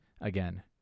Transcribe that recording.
again